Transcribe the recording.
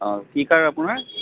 অ কি কাৰ আপোনাৰ